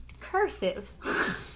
cursive